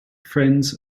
friends